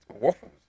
waffles